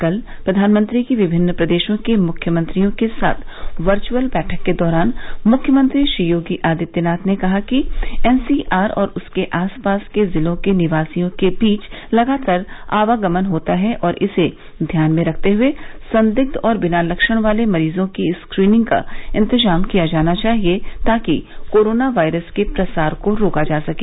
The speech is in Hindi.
कल प्रधानमंत्री की विभिन्न प्रदेशों के मुख्यमंत्रियों के साथ वर्चुअल बैठक के दौरान मुख्यमंत्री श्री योगी ने कहा कि एनसीआर और उसके आसपास के जिलों के निवासियों के बीच लगातार आवागमन होता है और इसे ध्यान में रखते हुए संदिग्ध और बिना लक्षण वाले मरीजों की स्क्रीनिंग का इंतजाम किया जाना चाहिए ताकि कोरोना वायरस के प्रसार को रोका जा सके